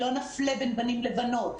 שלא נפלה בין בנים ובנות,